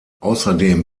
außerdem